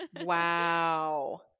Wow